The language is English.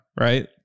right